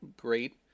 great